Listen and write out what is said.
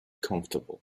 comfortable